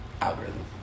algorithm